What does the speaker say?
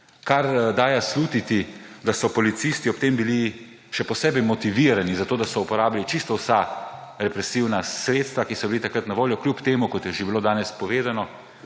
Kar daje slutiti, da so policisti ob tem bili še posebej motivirani za to, da so uporabili čisto vsa represivna sredstva, ki so bila takrat na voljo, kljub temu, kot je že bilo danes povedano,